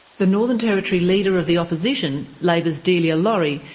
the northern territory leader of the opposition, labor's delia lawrie,